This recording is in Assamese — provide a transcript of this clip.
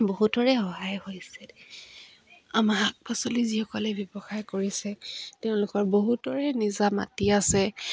বহুতৰে সহায় হৈছে আমাৰ শাক পাচলি যিসকলে ব্যৱসায় কৰিছে তেওঁলোকৰ বহুতৰে নিজা মাটি আছে